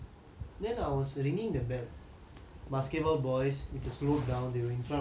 basketball boys it's a slope down they were in front of me so that means I was going fast lah